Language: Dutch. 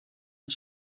van